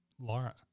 Laura